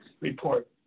report